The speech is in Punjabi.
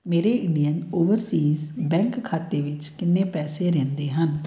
ਮੇਰੇ ਇੰਡੀਅਨ ਓਵਰਸੀਜ਼ ਬੈਂਕ ਖਾਤੇ ਵਿੱਚ ਕਿੰਨੇ ਪੈਸੇ ਰਹਿੰਦੇ ਹਨ